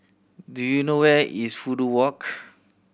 do you know where is Fudu Walk